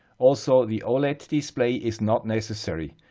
also, the oled display is not necessary,